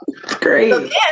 Great